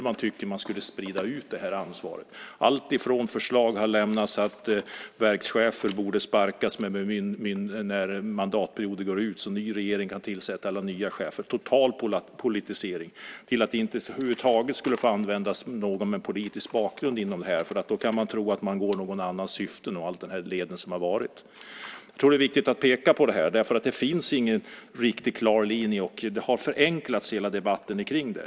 Man tycker att man ska sprida ut det här ansvaret. Det är alltifrån förslag om att verkschefer borde sparkas när mandatperioden går ut så att en ny regering kan tillsätta alla chefer - en total politisering - till att det över huvud taget inte skulle få finnas någon med politisk bakgrund inom detta, för då kan man tro att man går någon annans ärenden. Jag tror att det är viktigt att peka på detta. Det finns ingen riktigt klar linje. Hela debatten om detta har förenklats.